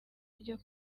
ryo